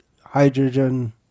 hydrogen